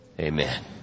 Amen